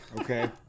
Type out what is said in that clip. Okay